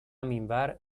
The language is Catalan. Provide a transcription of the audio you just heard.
minvar